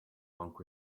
monk